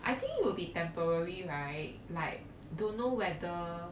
I think it will be temporary right like don't know whether